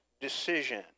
decision